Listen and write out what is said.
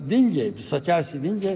vingiai visokiausi vingiai